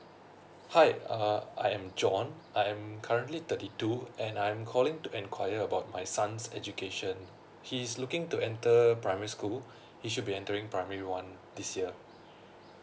hi uh I'm John I'm currently thirty two and I'm calling to inquire about my son's education he is looking to enter primary school he should be entering primary one this year